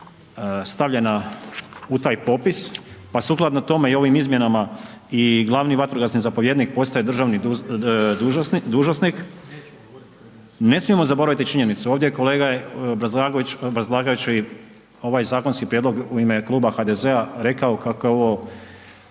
stavljena u taj popis, pa sukladno tome i ovim izmjenama i glavni vatrogasni zapovjednik postaje državni dužnosnik. Ne smijemo zaboraviti činjenicu, ovdje kolega je obrazlagajući ovaj zakonski prijedlog u ime Kluba HDZ-a rekao kako je ovo